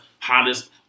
hottest